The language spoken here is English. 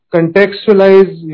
Contextualize